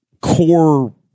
core